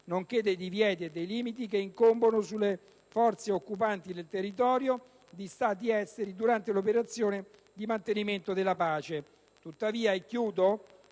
nonché dei divieti e limiti che incombono sulle forze occupanti nel territorio di Stati esteri durante le operazioni di mantenimento della pace. Tuttavia, colleghi,